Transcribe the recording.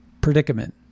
predicament